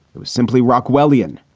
it was simply rock wellin.